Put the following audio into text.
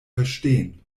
verstehen